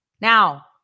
Now